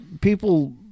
people